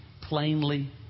plainly